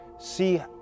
See